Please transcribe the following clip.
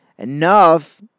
Enough